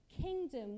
Kingdom